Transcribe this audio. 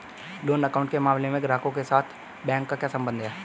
Loan account के मामले में ग्राहक के साथ बैंक का क्या संबंध है?